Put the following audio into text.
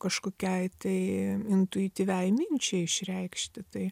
kažkokiai tai intuityviai minčiai išreikšti tai